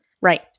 Right